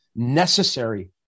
necessary